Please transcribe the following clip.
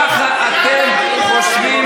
ככה אתם חושבים,